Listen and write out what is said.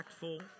impactful